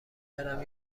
برم